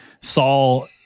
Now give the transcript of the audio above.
Saul